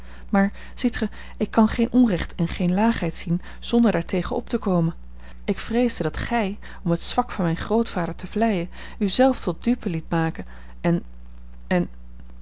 maar ziet gij ik kan geen onrecht en geene laagheid zien zonder daartegen op te komen ik vreesde dat gij om het zwak van mijn grootvader te vleien u zelf tot dupe liet maken en en